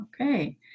Okay